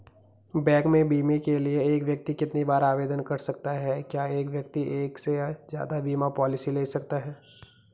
Bank में बीमे के लिए एक व्यक्ति कितनी बार आवेदन कर सकता है क्या एक व्यक्ति एक से ज़्यादा बीमा पॉलिसी ले सकता है?